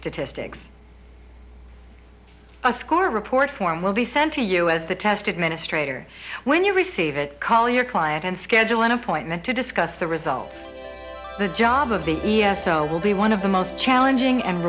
statistics a score report form will be sent to you as the test administrator when you receive it call your client and schedule an appointment to discuss the result the job of the e s o will be one of the most challenging and